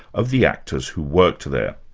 of the actors who worked there.